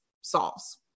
solves